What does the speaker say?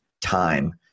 time